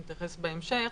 ואני אתייחס בהמשך,